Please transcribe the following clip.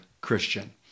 Christian